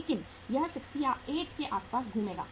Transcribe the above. लेकिन यह 68 के आसपास घूमेगा